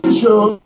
show